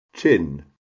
Chin